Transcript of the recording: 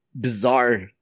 bizarre